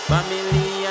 Family